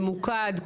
ממוקד,